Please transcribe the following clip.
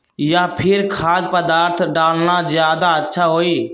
या फिर खाद्य पदार्थ डालना ज्यादा अच्छा होई?